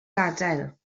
gadael